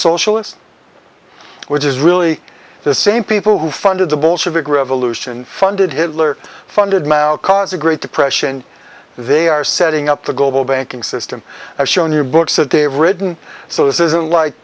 socialist which is really the same people who funded the bolshevik revolution funded hitler funded now cause the great depression they are setting up the global banking system i've shown your books that they've written so this isn't like